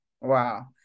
Wow